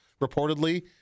reportedly